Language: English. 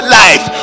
life